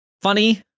funny